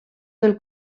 del